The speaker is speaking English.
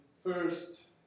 first